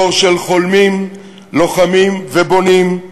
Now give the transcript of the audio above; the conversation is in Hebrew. דור של חולמים, לוחמים ובונים,